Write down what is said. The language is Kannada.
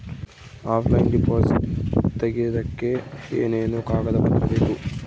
ಆಫ್ಲೈನ್ ಡಿಪಾಸಿಟ್ ತೆಗಿಯೋದಕ್ಕೆ ಏನೇನು ಕಾಗದ ಪತ್ರ ಬೇಕು?